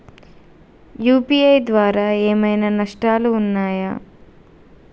UPI ద్వారా ఏమైనా నష్టాలు ఉన్నయా?